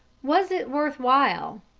was it worth while?